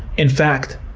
in fact,